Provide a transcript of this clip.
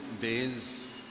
days